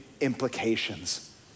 implications